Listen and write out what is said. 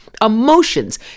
emotions